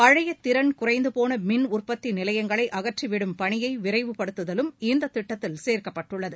பழைய திறன் குறைந்துபோன மின்உற்பத்தி நிலையங்களை அகற்றி விடும் பணியை விரைவுப்படுத்துதலும் இந்த திட்டத்தில் சேர்க்கப்பட்டுள்ளது